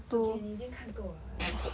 is okay 你已经看够 ah